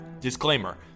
Disclaimer